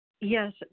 yes